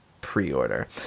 Pre-order